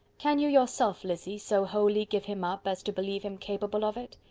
can you yourself, lizzy, so wholly give him up, as to believe him capable of it?